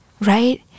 right